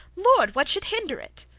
lord! what should hinder it?